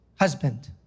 husband